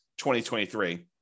2023